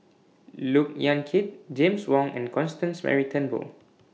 Look Yan Kit James Wong and Constance Mary Turnbull